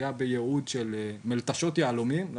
שהיה בייעוד של מלטשות יהלומים לא